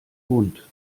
bunt